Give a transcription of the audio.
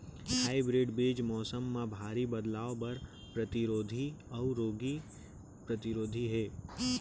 hybrid बीज मौसम मा भारी बदलाव बर परतिरोधी अऊ रोग परतिरोधी हे